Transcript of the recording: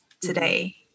today